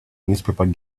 newspaper